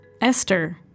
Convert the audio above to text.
Esther